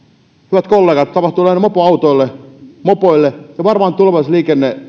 hyvät kollegat tapahtuu näille mopoautoille mopoille ja varmaan tulevaisuuden